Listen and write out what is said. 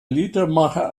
liedermacher